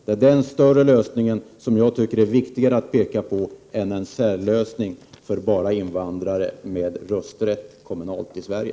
Det är en mer heltäckande lösning som jag anser viktigare än en särlösning för endast invandrare med kommunal rösträtt i Sverige.